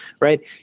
right